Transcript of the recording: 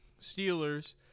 Steelers